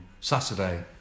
Saturday